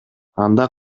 анда